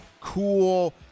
cool